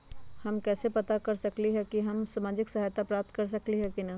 हम कैसे पता कर सकली ह की हम सामाजिक सहायता प्राप्त कर सकली ह की न?